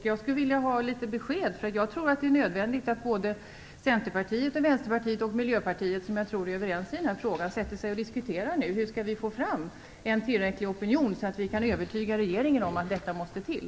Jag skulle vilja ha litet besked, eftersom jag tror att det är nödvändigt att Centerpartiet, Vänsterpartiet och Miljöpartiet, som jag tror är överens i den här frågan, nu sätter sig ned och diskuterar hur vi skall få till stånd en tillräcklig opinion för att övertyga regeringen om att detta måste till.